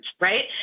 Right